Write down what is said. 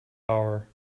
hour